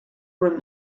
run